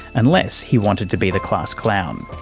unless he wanted to be the class clown.